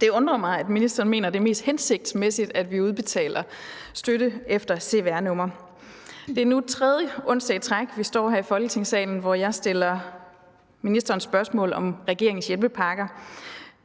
Det undrer mig, at ministeren mener, det er mest hensigtsmæssigt, at vi udbetaler støtte efter cvr-nummer. Det er nu tredje onsdag i træk, vi står her i Folketingssalen, hvor jeg stiller ministeren spørgsmål om regeringens hjælpepakker